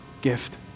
gift